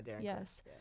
yes